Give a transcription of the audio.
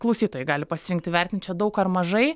klausytojai gali pasirinkti vertinti čia daug ar mažai